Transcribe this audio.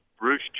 Bruce